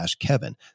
kevin